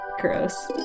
Gross